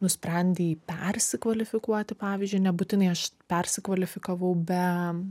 nusprendei persikvalifikuoti pavyzdžiui nebūtinai aš persikvalifikavau be